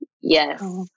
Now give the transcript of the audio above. Yes